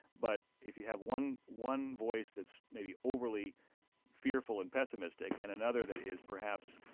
but if you have one one voice that's maybe overly fearful and pessimistic and another that is, perhaps,